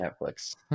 Netflix